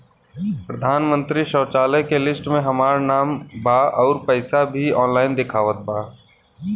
प्रधानमंत्री शौचालय के लिस्ट में हमार नाम बा अउर पैसा भी ऑनलाइन दिखावत बा